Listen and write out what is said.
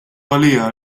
għaliha